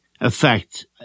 effect